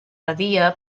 badia